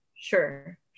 Sure